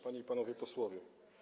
Panie i Panowie Posłowie!